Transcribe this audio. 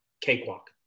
cakewalk